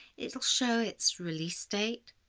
it'll show its release date,